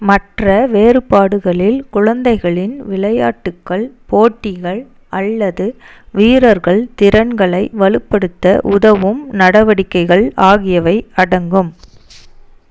மற்ற வேறுபாடுகளில் குழந்தைகளின் விளையாட்டுகள் போட்டிகள் அல்லது வீரர்கள் திறன்களை வலுப்படுத்த உதவும் நடவடிக்கைகள் ஆகியவை அடங்கும்